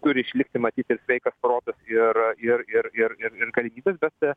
turi išlikti matyt ir sveikas protas ir ir ir ir ir ir galimybės bet